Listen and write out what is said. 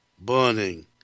burning